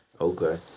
Okay